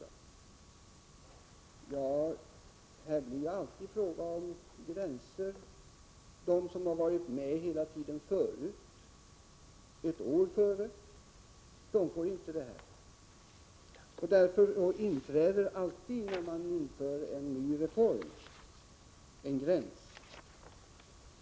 Här blir det ju alltid fråga om gränsdragningar. De som varit med hela tiden förut — ett år tidigare — får inte del av detta. När man inför en ny reform måste man alltid dra en gräns.